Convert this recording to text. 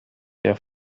der